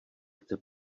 chce